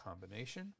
combination